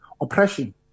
oppression